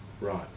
Right